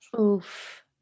Oof